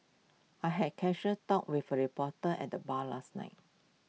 I had A casual chat with A reporter at the bar last night